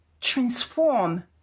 transform